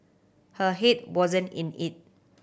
her head wasn't in it